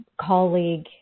colleague